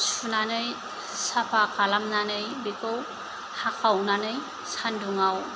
सुनानै साफा खालामनानै बेखौ हाखावनानै सानादुंआव